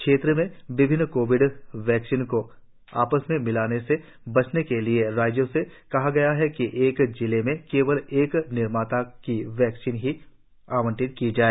क्षेत्र में विभिन्न कोविड वैक्सीन को आपस में मिलने से बचाने के लिए राज्यों से कहा गया है कि एक जिले में केवल एक विनिर्माता की वैक्सीन ही आवंटित की जाए